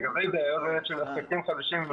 לגבי --- של עסקים חדשים,